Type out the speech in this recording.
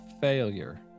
failure